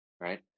Right